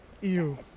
Ew